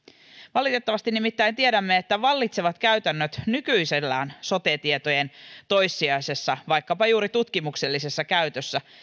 valitettavasti nimittäin tiedämme että vallitsevat käytännöt nykyisellään sote tietojen toissijaisessa vaikkapa juuri tutkimuksellisessa käytössä